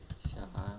等一下